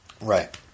Right